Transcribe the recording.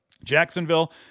Jacksonville